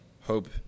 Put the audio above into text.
hope